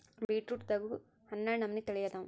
ಬೇಟ್ರೂಟದಾಗು ಹನ್ನಾಡ ನಮನಿ ತಳಿ ಅದಾವ